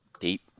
deep